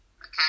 okay